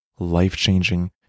life-changing